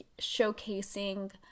showcasing